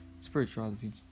spirituality